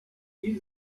die